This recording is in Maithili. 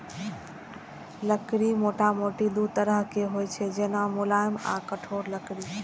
लकड़ी मोटामोटी दू तरहक होइ छै, जेना, मुलायम आ कठोर लकड़ी